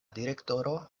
direktoro